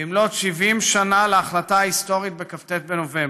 במלאות 70 שנה להחלטה ההיסטורית בכ"ט בנובמבר,